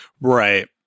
Right